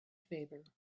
favor